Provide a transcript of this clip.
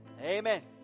Amen